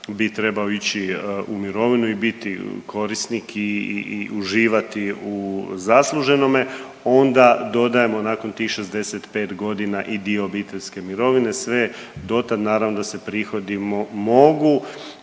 bi trebao ići u mirovinu i biti korisnik i uživati u zasluženome onda dodajemo nakon tih 65.g. i dio obiteljske mirovine, sve dotad naravno da se prihodi mogu